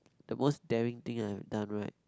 the most daring thing I have done right